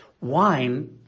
Wine